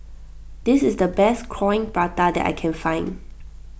this is the best Coin Prata that I can find